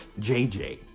JJ